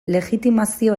legitimazio